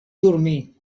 dormir